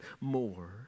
more